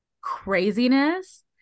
craziness